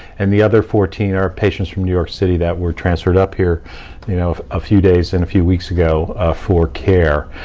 and the other fourteen are patients from new york city who were transferred up here you know a few days, and a few weeks ago for care,